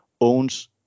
owns